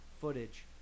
footage